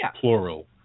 plural